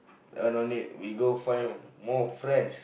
uh don't need we go find more friends